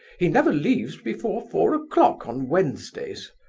he never leaves before four o'clock on wednesdays.